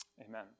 Amen